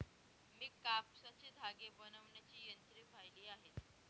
मी कापसाचे धागे बनवण्याची यंत्रे पाहिली आहेत